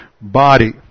body